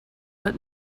but